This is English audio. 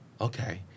okay